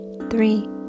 Three